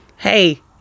Hey